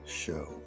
show